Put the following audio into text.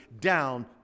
down